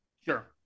Sure